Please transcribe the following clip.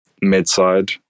mid-side